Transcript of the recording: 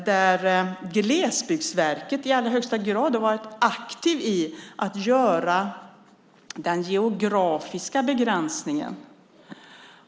Där har Glesbygdsverket i allra högsta grad varit aktivt i att göra den geografiska begränsningen.